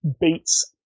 beats